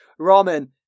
ramen